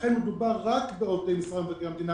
לכן מדובר רק בעובדי משרד מבקר המדינה